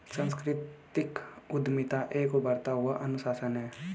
सांस्कृतिक उद्यमिता एक उभरता हुआ अनुशासन है